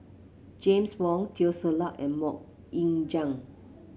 James Wong Teo Ser Luck and MoK Ying Jang